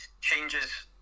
changes